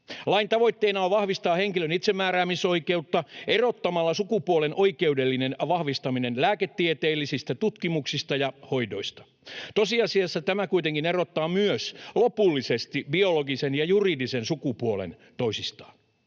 Lain tavoitteena on vahvistaa henkilön itsemääräämisoikeutta erottamalla sukupuolen oikeudellinen vahvistaminen lääketieteellisistä tutkimuksista ja hoidoista. Tosiasiassa tämä kuitenkin erottaa myös lopullisesti biologisen ja juridisen sukupuolen toisistaan.